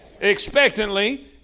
Expectantly